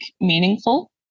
meaningful